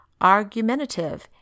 argumentative